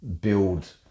build